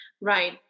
Right